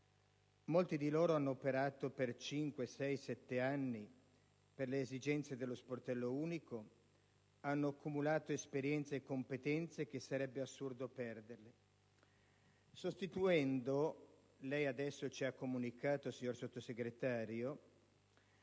Molti di loro hanno operato per 5, 6, 7 anni per le esigenze dello sportello unico; hanno accumulato esperienze e competenze che sarebbe assurdo perdere, sostituendoli - come lei ci ha testé comunicato, signor Sottosegretario